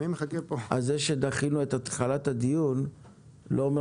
זה שדחינו את התחלת הדיון לא אומר